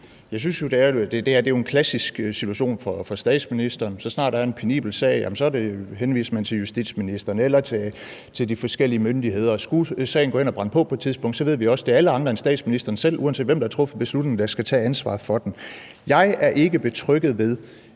Det her er jo en klassisk situation for statsministeren. Så snart der er en penibel sag, henviser man til justitsministeren eller til de forskellige myndigheder, og skulle sagen på et tidspunkt gå hen og brænde på, ved vi også, at det er alle andre end statsministeren selv, uanset hvem der har truffet beslutningen, der skal tage ansvaret for den. Jeg er ikke betrygget ved,